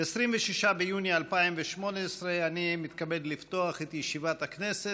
26 ביוני 2018. אני מתכבד לפתוח את ישיבת הכנסת.